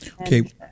Okay